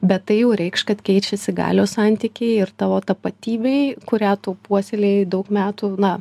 bet tai jau reikš kad keičiasi galios santykiai ir tavo tapatybei kurią tu puoselėji daug metų na